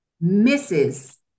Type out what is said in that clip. misses